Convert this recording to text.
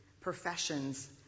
professions